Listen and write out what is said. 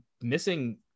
missing